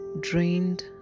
drained